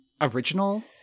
original